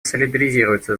солидаризируется